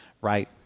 right